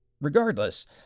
Regardless